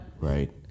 Right